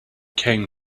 came